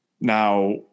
Now